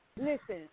listen